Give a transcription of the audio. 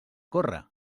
corre